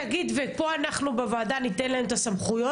ופה אנחנו בוועדה ניתן להם את הסמכויות?